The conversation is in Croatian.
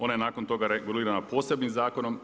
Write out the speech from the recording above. Ona je nakon toga regulirana posebnim zakonom.